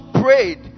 prayed